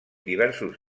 diversos